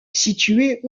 situées